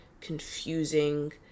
confusing